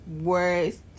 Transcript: worst